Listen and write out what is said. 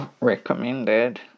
recommended